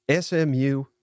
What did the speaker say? smu